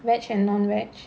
vegetarin and non-vegetarian